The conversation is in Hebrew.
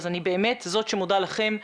אני באמת זאת שמודה לכם.